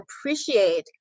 appreciate